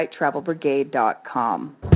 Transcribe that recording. travelbrigade.com